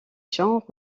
champs